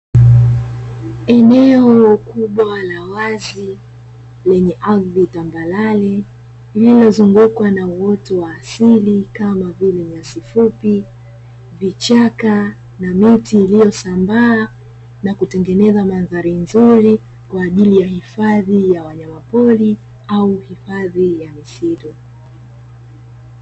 Eneo kubwa la wazi lenye ardhi tambarare lililozungukwa na uoto wa asili kama vile nyasi fupi, vichaka na miti iliyosambaa na kutengeneza mandhari nzuri kwa ajili ya hifadhi wa wanyama pori au hifadhi wa misitu.